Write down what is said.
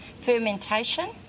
fermentation